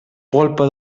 polpa